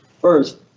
first